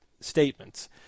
statements